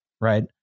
Right